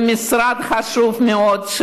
זה משרד חשוב מאוד.